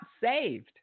saved